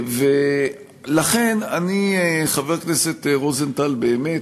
לכן אני, חבר הכנסת רוזנטל, באמת,